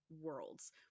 worlds